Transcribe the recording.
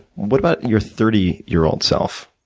what about your thirty year old self?